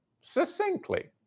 succinctly